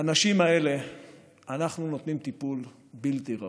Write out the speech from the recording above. לאנשים האלה אנחנו נותנים טיפול בלתי ראוי.